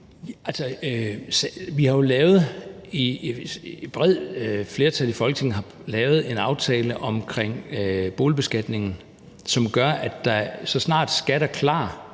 har jo lavet en aftale om boligbeskatningen, som gør, at så snart SKAT er klar,